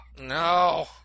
No